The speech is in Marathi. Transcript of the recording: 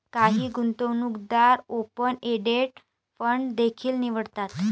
काही गुंतवणूकदार ओपन एंडेड फंड देखील निवडतात